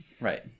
Right